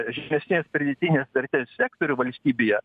žemesnės pridėtinės vertės sektorių valstybėje